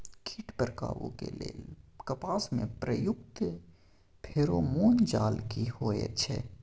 कीट पर काबू के लेल कपास में प्रयुक्त फेरोमोन जाल की होयत छै?